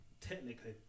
technically